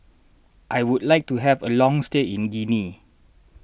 I would like to have a long stay in Guinea